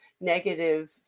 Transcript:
negative